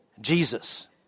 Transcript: Jesus